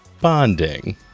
bonding